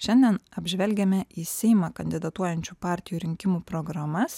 šiandien apžvelgiame į seimą kandidatuojančių partijų rinkimų programas